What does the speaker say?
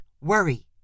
worry